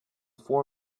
four